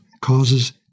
causes